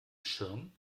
schirm